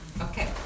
Okay